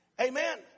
Amen